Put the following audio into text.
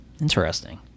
Interesting